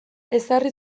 ezarri